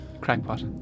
Crackpot